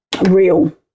real